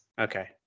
Okay